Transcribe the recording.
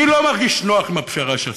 אני לא מרגיש נוח עם הפשרה שעשיתי,